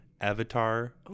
Avatar